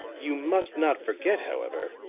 you must not forget, however,